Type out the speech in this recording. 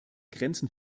grenzen